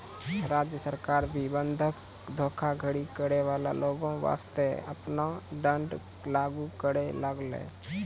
राज्य सरकार भी बंधक धोखाधड़ी करै बाला लोगो बासतें आपनो दंड लागू करै लागलै